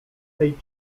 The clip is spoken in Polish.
tej